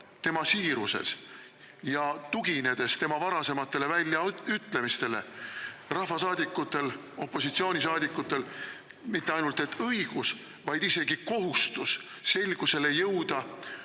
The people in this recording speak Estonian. tema siiruses ja tuginedes tema varasematele väljaütlemistele rahvasaadikutel, opositsioonisaadikutel mitte ainult õigus, vaid isegi kohustus selgusele jõuda, kuivõrd